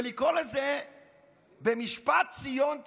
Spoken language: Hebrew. ולקרוא לזה "במשפט ציון תיפדה".